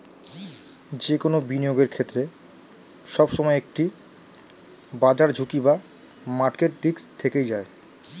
যে কোনো বিনিয়োগের ক্ষেত্রে, সবসময় একটি বাজার ঝুঁকি বা মার্কেট রিস্ক থেকেই যায়